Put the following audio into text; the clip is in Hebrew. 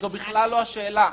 זו בכלל לא השאלה.